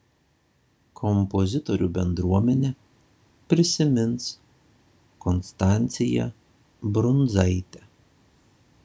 kompozitorių bendruomenė prisimins konstanciją brundzaitę